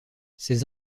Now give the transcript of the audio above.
ses